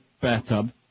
bathtub